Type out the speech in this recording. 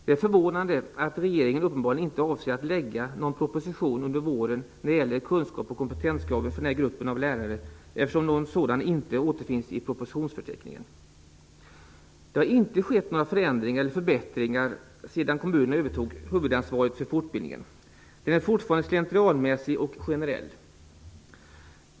Det är förvånande att regeringen uppenbarligen inte avser att lägga fram någon proposition under våren när det gäller kunskaps och kompetenskraven för den här gruppen av lärare, eftersom någon sådan inte återfinns i propositionsförteckningen. Det har inte skett några förändringar eller förbättringar sedan kommunerna övertog huvudansvaret för fortbildningen. Den är fortfarande slentrianmässig och generell.